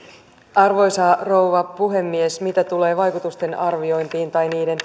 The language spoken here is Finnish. arvoisa rouva puhemies mitä tulee vaikutusten arviointiin tai niiden tekemättömyyteen